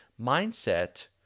mindset